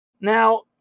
Now